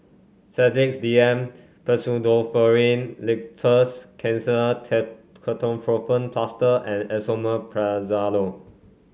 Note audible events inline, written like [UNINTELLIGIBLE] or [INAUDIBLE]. Sedilix D M Pseudoephrine Linctus Kenhancer [UNINTELLIGIBLE] Ketoprofen Plaster and Esomeprazole